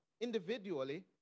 individually